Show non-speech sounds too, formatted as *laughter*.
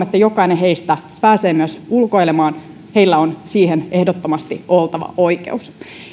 *unintelligible* että jokainen heistä pääsee myös ulkoilemaan heillä on siihen ehdottomasti oltava oikeus